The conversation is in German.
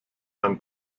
ein